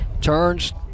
Turns